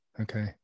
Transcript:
Okay